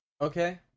Okay